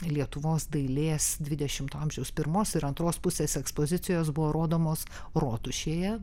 lietuvos dailės dvidešimto amžiaus pirmos ir antros pusės ekspozicijos buvo rodomos rotušėje